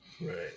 Right